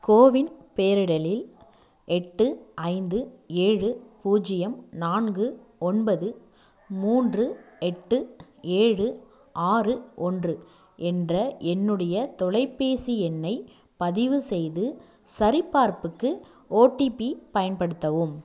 CoWIN பேரிடலில் எட்டு ஐந்து ஏழு பூஜ்ஜியம் நான்கு ஒன்பது மூன்று எட்டு ஏழு ஆறு ஒன்று என்ற என்னுடைய தொலைபேசி எண்ணை பதிவு செய்து சரிபார்ப்புக்கு ஓடிபி பயன்படுத்தவும்